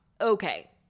Okay